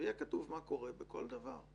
ויהיה כתוב מה קורה בכל דבר,